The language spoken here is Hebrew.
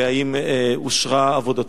והאם אושרה עבודתו?